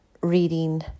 reading